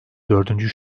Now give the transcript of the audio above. dördüncü